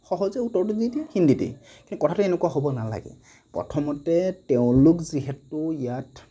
সহজে উত্তৰটো দি দিয়ে হিন্দীতে কিন্তু কথাটো এনেকুৱা হ'ব নালাগে প্ৰথমতে তেওঁলোক যিহেতু ইয়াত